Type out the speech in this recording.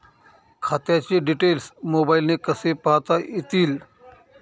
खात्याचे डिटेल्स मोबाईलने कसे पाहता येतील?